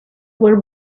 were